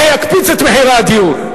זה יקפיץ את מחירי הדיור.